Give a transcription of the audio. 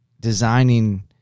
designing